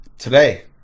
Today